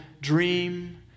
dream